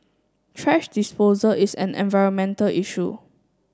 thrash disposal is an environmental issue